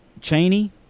Cheney